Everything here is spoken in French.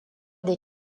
des